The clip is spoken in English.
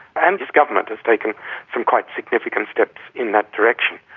and his government has taken some quite significant steps in that direction.